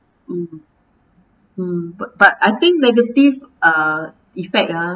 um mm but but I think negative uh effect ah